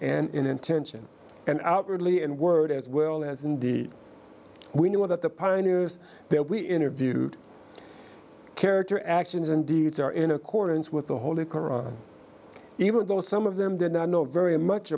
and in intention and outwardly and word as well as indeed we know that the pioneers that we interviewed character actions and deeds are in accordance with the holy qur'an even though some of them did not know very much